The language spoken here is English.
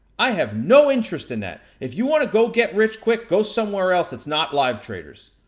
i have no interest in that. if you wanna go get rich quick, go somewhere else. it's not live traders.